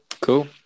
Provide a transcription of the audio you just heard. cool